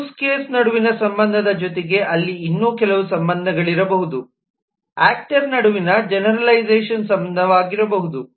use case ನಡುವಿನ ಸಂಬಂಧದ ಜೊತೆಗೆ ಅಲ್ಲಿ ಇನ್ನೂ ಕೆಲವು ಸಂಬಂಧಗಳಿರಬಹುದು ಆಕ್ಟರ್ ನಡುವಿನ ಜೆನೆರಲೈಝಷನ್ ಸಂಬಂಧವಾಗಿರಬಹುದು